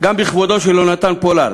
גם בכבודו של יונתן פולארד,